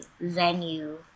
venue